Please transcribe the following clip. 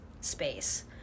space